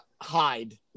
hide